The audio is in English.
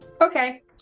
Okay